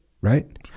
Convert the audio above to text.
Right